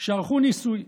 שערכו ניסוי.